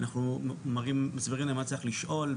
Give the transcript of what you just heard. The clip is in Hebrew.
אנחנו מסדרים מה צריך לשאול,